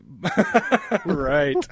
Right